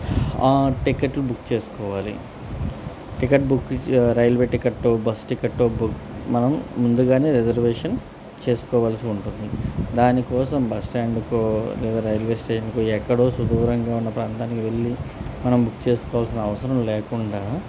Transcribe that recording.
ఆ టికెట్లు బుక్ చేసుకోవాలి టికెట్ బుక్ రైల్వే టిక్కెటో బస్ టిక్కెటో బుక్ మనం ముందుగానే రిజర్వేషన్ చేసుకోవాల్సి ఉంటుంది దానికోసం బస్స్టాండ్కో లేదా రైల్వే స్టేషన్కో ఎక్కడో సుదూరంగా ఉన్న ప్రాంతానికి వెళ్లి మనం బుక్ చేసుకోవాల్సిన అవసరం లేకుండా